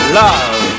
love